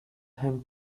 him